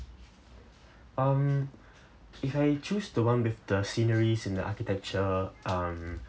um if I choose the [one] with the sceneries and the architecture um